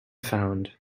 found